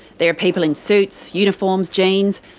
there are people in suits, uniforms, jeans,